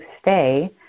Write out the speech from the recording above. stay